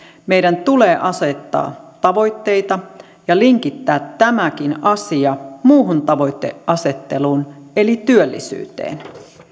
meidän tulee asettaa tavoitteita ja linkittää tämäkin asia muuhun tavoiteasetteluun eli työllisyyteen